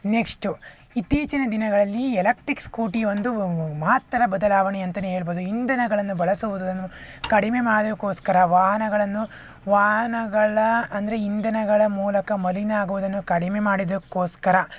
next ಇತ್ತೀಚಿನ ದಿನಗಳಲ್ಲಿ electric scooty ಒಂದು ಮಾತ್ರ ಬದಲಾವಣೆ ಅಂತನೇ ಹೇಳ್ಬೋದು ಇಂಧನಗಳನ್ನು ಬಳಸುವುದನ್ನು ಕಡಿಮೆ ಮಾಡೋಕ್ಕೋಸ್ಕರ ವಾಹನಗಳನ್ನು ವಾಹನಗಳ ಅಂದರೆ ಇಂಧನಗಳ ಮೂಲಕ ಮಲಿನ ಆಗುವುದನ್ನು ಕಡಿಮೆ ಮಾಡೋದಕ್ಕೋಸ್ಕರ